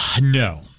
No